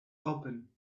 open